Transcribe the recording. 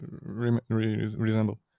resemble